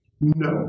No